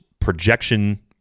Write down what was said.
projection